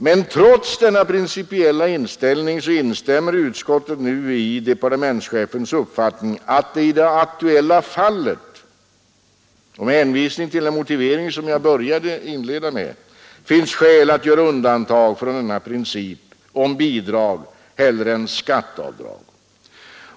Men trots denna principiella inställning instämmer utskottet i departementschefens uppfattning att det i det aktuella fallet och att det med hänvisning till den motivering som jag inledde mitt anförande med finns skäl att göra undantag från principen hellre bidrag än skatteavdrag.